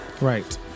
right